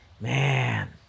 man